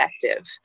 effective